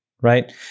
right